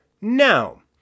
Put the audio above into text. Now